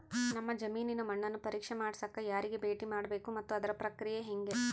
ನಮ್ಮ ಜಮೇನಿನ ಮಣ್ಣನ್ನು ಪರೇಕ್ಷೆ ಮಾಡ್ಸಕ ಯಾರಿಗೆ ಭೇಟಿ ಮಾಡಬೇಕು ಮತ್ತು ಅದರ ಪ್ರಕ್ರಿಯೆ ಹೆಂಗೆ?